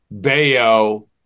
Bayo